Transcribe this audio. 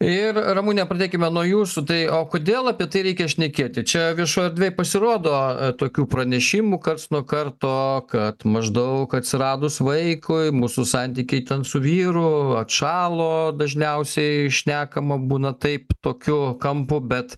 ir ramune pradėkime nuo jūsų tai o kodėl apie tai reikia šnekėti čia viešoj erdvėj pasirodo tokių pranešimų karts nuo karto kad maždaug atsiradus vaikui mūsų santykiai ten su vyru atšalo dažniausiai šnekama būna taip tokiu kampu bet